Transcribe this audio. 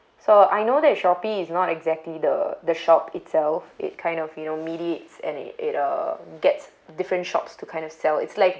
so I know that shopee is not exactly the the shop itself it kind of you know mediates and it it uh gets different shops to kind of sell it's like